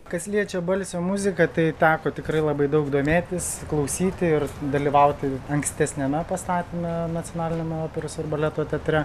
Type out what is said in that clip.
kas liečia balsio muziką tai teko tikrai labai daug domėtis klausyti ir dalyvauti ankstesniame pastatyme nacionaliniame operos ir baleto teatre